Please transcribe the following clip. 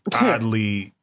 oddly